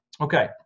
Okay